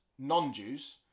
non-Jews